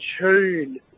tune